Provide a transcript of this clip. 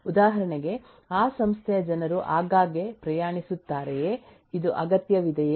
ಉದಾಹರಣೆಗೆ ಆ ಸಂಸ್ಥೆಯ ಜನರು ಆಗಾಗ್ಗೆ ಪ್ರಯಾಣಿಸುತ್ತಾರೆಯೇ ಇದು ಅಗತ್ಯವಿದೆಯೇ